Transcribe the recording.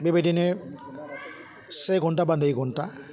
बेबायदिनो से घन्टा बा नै घन्टा